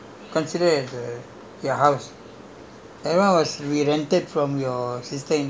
no lah that [one] only has temporary [one] lah அது அது:athu athu cannot consider as err your house